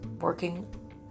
working